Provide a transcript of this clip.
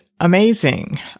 amazing